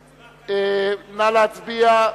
מה עם חוקה?